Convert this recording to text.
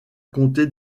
compter